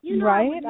Right